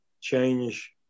change